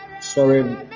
sorry